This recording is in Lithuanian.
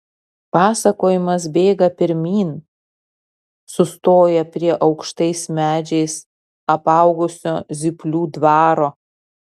pasakojimas bėga pirmyn sustoja prie aukštais medžiais apaugusio zyplių dvaro